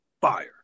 fire